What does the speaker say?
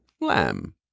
lamb